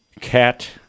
Cat